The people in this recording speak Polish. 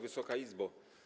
Wysoka Izbo!